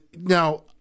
now